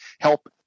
help